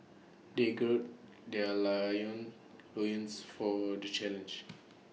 they gird their lion loins for the challenge